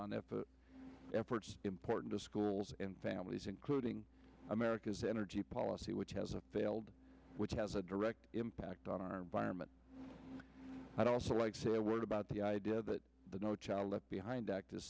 on efforts important to schools and families including america's energy policy which has a failed which has a direct impact on our environment i'd also like to say a word about the idea that the no child left behind act is